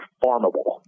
farmable